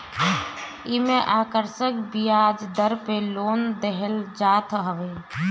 एमे आकर्षक बियाज दर पे लोन देहल जात हवे